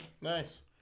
Nice